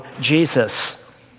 Jesus